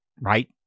right